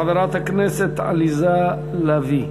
חברת הכנסת עליזה לביא.